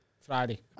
Friday